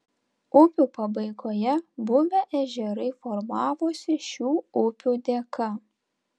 upių pabaigoje buvę ežerai formavosi šių upių dėka